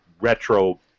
retro